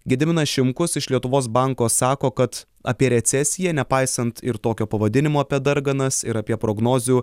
gediminas šimkus iš lietuvos banko sako kad apie recesiją nepaisant ir tokio pavadinimo apie darganas ir apie prognozių